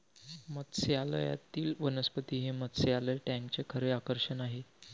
मत्स्यालयातील वनस्पती हे मत्स्यालय टँकचे खरे आकर्षण आहे